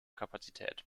kapazität